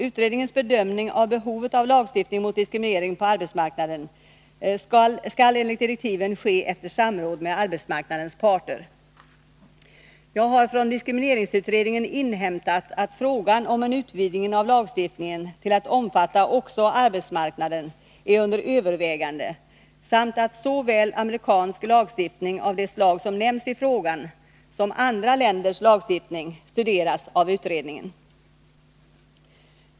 Utredningens bedömning av behovet av lagstift 127 ning mot diskriminering på arbetsmarknaden skall enligt direktiven ske efter samråd med arbetsmarknadens parter. Jag har från diskrimineringsutredningen inhämtat att frågan om en utvidgning av lagstiftningen till att omfatta också arbetsmarknaden är under övervägande samt att såväl amerikansk lagstiftning av det slag som nämns i frågan som andra länders lagstiftning studeras av utredningen.